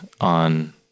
on